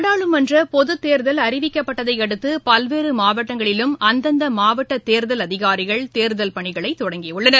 நாடாளுமன்ற பொதுத்தேர்தல் அறிவிக்கப்பட்டதையடுத்து பல்வேறு மாவட்டங்களிலும் அந்தந்த மாவட்ட தேர்தல் அதிகாரிகள் தேர்தல் பணிகளை தொடங்கி உள்ளனர்